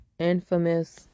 Infamous